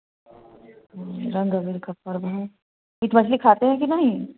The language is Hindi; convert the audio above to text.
रंग अबीर का पर्व है मीट मछली खाते है की नहीं